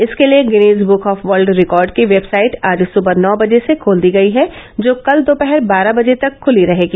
इसके लिए Guinness Book of World Record की वेबसाइट आज सुबह नौ बजे से खोल दी गयी है जो कल दोपहर बारह बजे तक खुली रहेगी